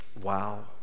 wow